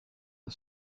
the